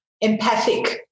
empathic